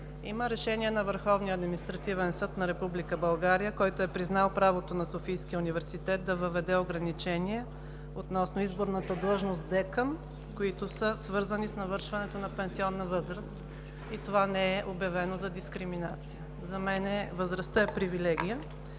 има решение на Върховния административен съд на Република България, който е признал правото на Софийския университет да въведе ограничение относно изборната длъжност „декан“, което е свързано с навършването на пенсионна възраст, и това не е обявено за дискриминация. За мен възрастта е привилегия.